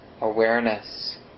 awareness